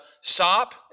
sop